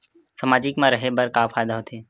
सामाजिक मा रहे बार का फ़ायदा होथे?